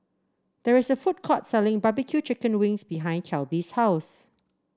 there is a food court selling barbecue Chicken Wings behind Kelby's house